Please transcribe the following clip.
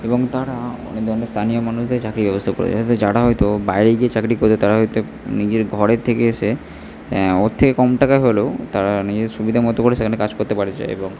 এবং তারা অনেক ধরনের স্থানীয় মানুষদের চাকরির ব্যবস্থা করেছে যারা হয়তো বাইরে গিয়ে চাকরি করছে তারা হয়তো নিজের ঘরের থেকে এসে ওর থেকে কম টাকায় হলেও তারা নিজের সুবিধা মতো করে সেখানে কাজ করতে পেরেছে এবং